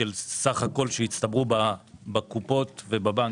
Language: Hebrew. הרווחים שהצטברו בקופות ובבנקים.